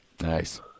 Nice